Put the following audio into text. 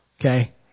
Okay